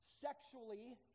sexually